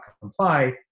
comply